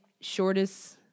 shortest